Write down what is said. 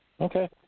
Okay